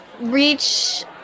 reach